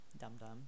dum-dum